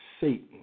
Satan